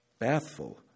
bathful